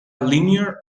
linear